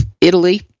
Italy